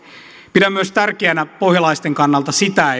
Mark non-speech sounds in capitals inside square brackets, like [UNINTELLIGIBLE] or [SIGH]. pidän myös tärkeänä pohjalaisten kannalta sitä [UNINTELLIGIBLE]